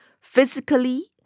physically